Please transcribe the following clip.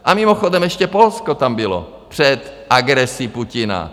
A mimochodem ještě Polsko tam bylo před agresí Putina.